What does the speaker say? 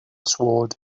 sword